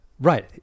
Right